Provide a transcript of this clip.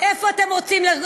כמו שאתם יודעים,